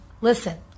Listen